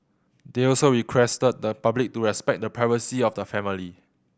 they also requested the public to respect the privacy of the family